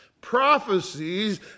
Prophecies